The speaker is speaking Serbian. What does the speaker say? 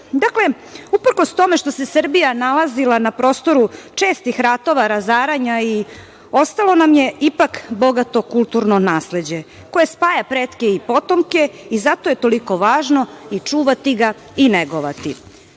redu. Dakle, uprkos tome što se Srbija nalazila na prostoru čestih ratova, razaranja, ostalo nam je ipak bogato kulturno nasleđe koje spaja pretke i potomke i zato je toliko važno i čuvati ga i negovati. Vlada